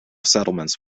settlements